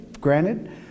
granted